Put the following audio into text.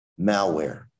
malware